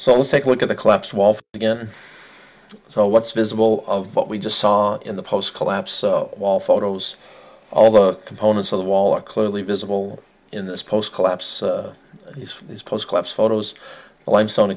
so let's take a look at the collapsed wall again so what's visible of what we just saw in the post collapse so while photos all the components of the wall are clearly visible in this post collapse these is post collapse photos limestone